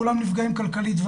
כולם נפגעים כלכלית.